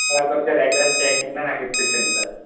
sir కొంచెం రెక్లెస్ చేయకుండా నాకు ఇప్పించండి సార్